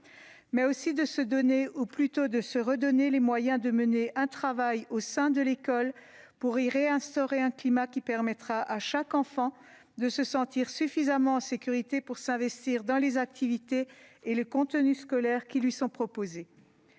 s'agit aussi de se donner, ou plutôt de se redonner les moyens de mener un travail au sein de l'école afin d'y réinstaurer un climat susceptible de permettre à chaque enfant de se sentir suffisamment en sécurité pour s'investir dans les activités et les contenus scolaires qui lui sont proposés.